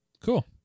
Cool